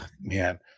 Man